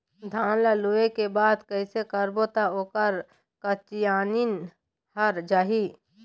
धान ला लुए के बाद कइसे करबो त ओकर कंचीयायिन हर जाही?